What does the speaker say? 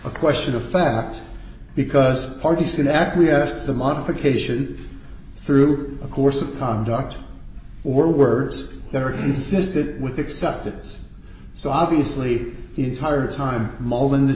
a question of fact because parties can acquiesce to the modification through a course of conduct or words that are consistent with acceptance so obviously the entire time mullin the